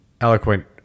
eloquent